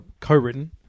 co-written